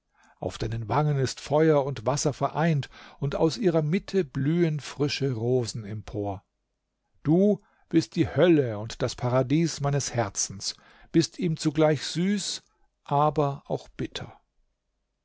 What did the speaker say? auf deinen wangen ist feuer und wasser vereint und aus ihrer mitte blühen frische rosen empor du bist die hölle und das paradies meines herzens bist ihm zugleich süß aber auch bitter